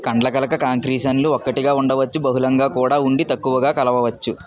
కండ్లకలక కాంక్రీషన్లు ఒక్కటిగా ఉండవచ్చు బహుళంగా కూడా ఉండి తక్కువగా కలవవచ్చు